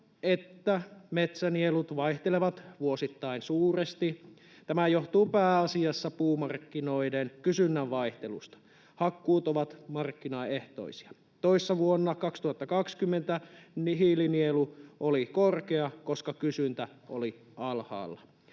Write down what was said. että metsänielut vaihtelevat vuosittain suuresti. Tämä johtuu pääasiassa puumarkkinoiden kysynnän vaihtelusta — hakkuut ovat markkinaehtoisia. Toissa vuonna 2020 hiilinielu oli korkea, koska kysyntä oli alhaalla.